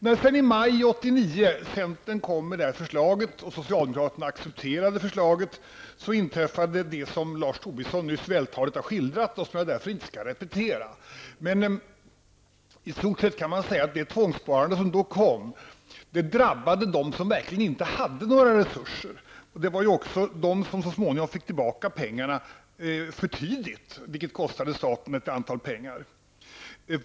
Men i maj 1989, när centern kom med det här förslaget och socialdemokraterna accepterade det, så inträffade det som Lars Tobisson nyss vältaligt har skildrat och som jag därför inte skall skildra på nytt. I stort kan man säga att det tvångssparande som då kom drabbade dem som verkligen inte hade några resurser. Det var ju också de som så småningom fick tillbaka pengarna för tidigt, vilket kostade staten en viss summa.